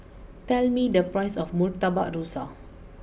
tell me the price of Murtabak Rusa